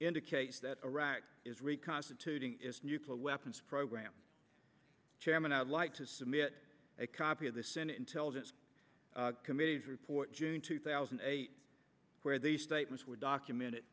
indicates that iraq is reconstituting its nuclear weapons program chairman i'd like to submit a copy of the senate intelligence committee's report june two thousand and eight where these statements were documented